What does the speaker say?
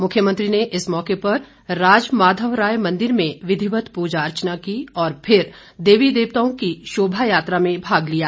मुख्यमंत्री ने इस मौके पर राज माधव राय मंदिर में विधिवत पूजा अर्चना की और फिर देवी देवताओं की शोभा यात्रा में भाग लिया